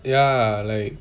ya like